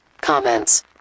comments